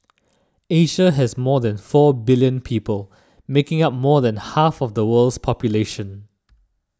Asia has more than four billion people making up more than half of the world's population